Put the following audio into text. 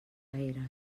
eren